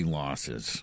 losses